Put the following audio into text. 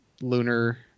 lunar